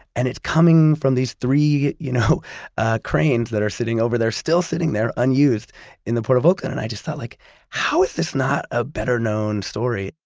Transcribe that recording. and it's coming from these three you know ah cranes that are sitting over there, still sitting there unused in the port of oakland. and i just thought, like how is this not a better-known story?